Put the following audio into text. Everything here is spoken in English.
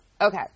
Okay